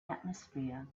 atmosphere